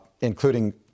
including